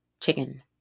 chicken